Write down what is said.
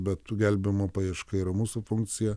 bet gelbėjimo paieška yra mūsų funkcija